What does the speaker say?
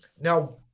Now